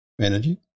energy